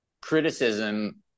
criticism